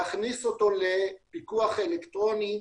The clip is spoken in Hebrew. להכניס אותו לפיקוח אלקטרוני.